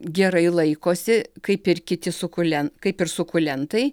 gerai laikosi kaip ir kiti sukulentai kaip ir sukulentai